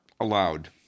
allowed